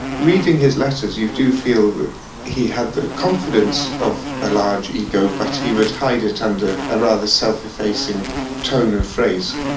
reading his letters, you do feel that he had the confidence of a large ego but he would hide it under a rather self-effacing tone of phrase.